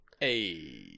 Hey